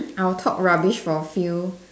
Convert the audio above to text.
I will talk rubbish for a few